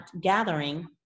gathering